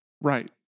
Right